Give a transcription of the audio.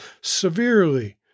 severely